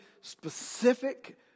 specific